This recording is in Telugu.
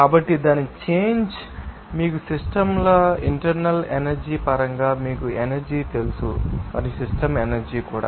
కాబట్టి దాని చేంజ్ మీకు తెలుసు మీకు సిస్టమ్ లు తెలుసు ఇంటర్నల్ ఎనర్జీ పరంగా మీకు ఎనర్జీ తెలుసు మరియు సిస్టమ్ ఎనర్జీ కూడా